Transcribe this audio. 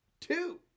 Two